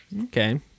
Okay